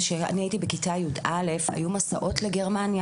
כשאני הייתי בכיתה י"א היו מסעות לגרמניה